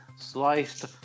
sliced